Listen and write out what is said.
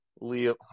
Leo